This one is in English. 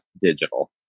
digital